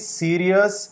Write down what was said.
serious